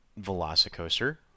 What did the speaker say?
VelociCoaster